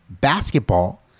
basketball